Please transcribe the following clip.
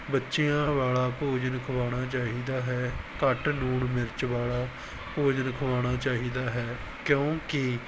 ਬੱਚਿਆਂ ਵਾਲਾ ਭੋਜਨ ਖਵਾਉਣਾ ਚਾਹੀਦਾ ਹੈ ਘੱਟ ਲੂਣ ਮਿਰਚ ਵਾਲਾ ਭੋਜਨ ਖਵਾਉਣਾ ਚਾਹੀਦਾ ਹੈ ਕਿਉਂਕਿ